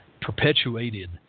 perpetuated